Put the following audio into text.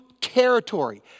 territory